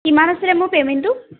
কিমান আছিলে মোৰ পেমেণ্টটো